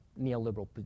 neoliberal